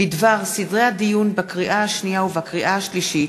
בדבר סדרי הדיון בקריאה השנייה ובקריאה השלישית